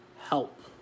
help